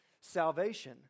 salvation